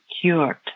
cured